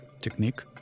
technique